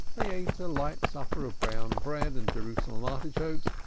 they ate a light supper of brown-bread and jerusalem artichokes,